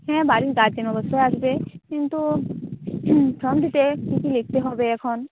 হ্যাঁ বাড়ির গার্জেন অবশ্য আসবে কিন্তু ফর্মটিতে কি কি লিখতে হবে এখন